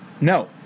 No